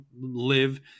live